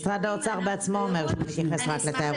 משרד האוצר בעצמו אומר שהוא --- רק לתיירות נכנסת.